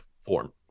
form